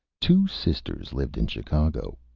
two sisters lived in chicago,